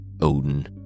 Odin